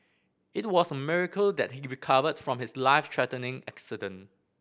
it was a miracle that he recovered from his life threatening accident